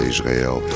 Israel